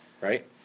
right